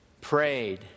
prayed